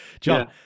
John